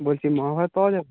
বলছি মহাভারত পাওয়া যাবে